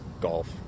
golf